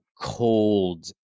cold